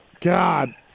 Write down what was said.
God